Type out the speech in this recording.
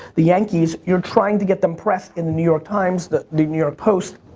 the yankees, you're trying to get them press in the new york times, the the new york post,